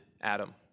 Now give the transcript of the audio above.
Adam